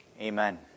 Amen